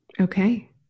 Okay